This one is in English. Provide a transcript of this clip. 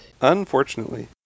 Unfortunately